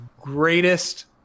greatest